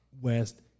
West